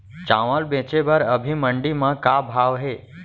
चांवल बेचे बर अभी मंडी म का भाव हे?